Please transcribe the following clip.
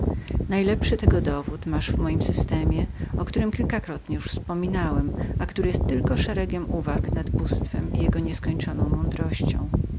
najlepszy tego dowód masz w moim systemie o którym kilkakrotnie ci wspominałem a który jest tylko szeregiem uwag nad bóstwem i jego nieskończoną mądrością